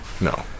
No